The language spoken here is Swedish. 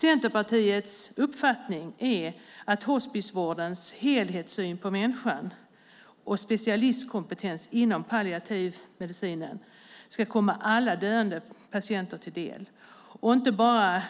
Centerpartiets uppfattning är att hospisvårdens helhetssyn på människan och specialistkompetens inom palliativ medicin ska komma alla döende patienter till del och inte bara